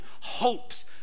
hopes